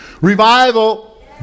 Revival